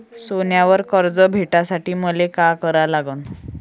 सोन्यावर कर्ज भेटासाठी मले का करा लागन?